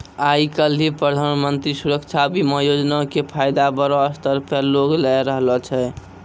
आइ काल्हि प्रधानमन्त्री सुरक्षा बीमा योजना के फायदा बड़ो स्तर पे लोग लै रहलो छै